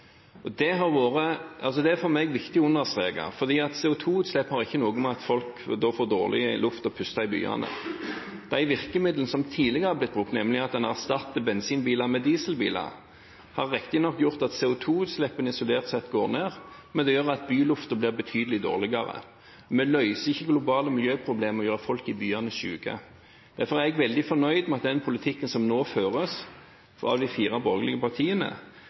Det er for meg viktig å understreke, for CO2-utslipp har ikke noe med å gjøre at folk får dårligere luft å puste inn i byene. De virkemidlene som man tidligere har brukt, nemlig at man har erstattet bensinbiler med dieselbiler, har riktignok gjort at CO2-utslippene isolert sett har gått ned, men det gjør at byluften blir betydelig dårligere. Vi løser ikke globale miljøproblemer ved å gjøre folk i byene syke. Derfor er jeg veldig fornøyd med at den politikken som nå føres av de fire borgerlige partiene,